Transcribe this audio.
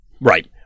Right